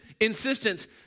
insistence